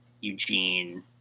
Eugene